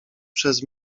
przez